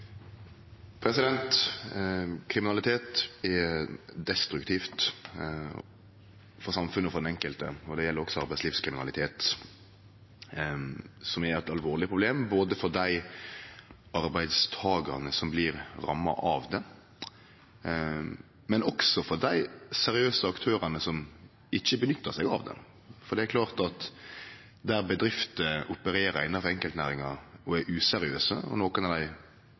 for den enkelte, og det gjeld også arbeidslivskriminalitet, som er eit alvorleg problem både for dei arbeidstakarane som blir ramma av det, og for dei seriøse aktørane som ikkje nyttar seg av det. Det er klart at der bedrifter opererer innanfor enkeltnæringar og er useriøse – og nokon av dei